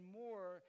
more